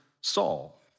Saul